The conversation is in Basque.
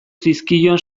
zizkion